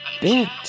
bent